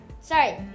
Sorry